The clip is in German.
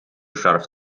scharf